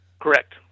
Correct